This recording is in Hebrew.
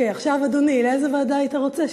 עכשיו, אדוני, לאיזו ועדה היית רוצה?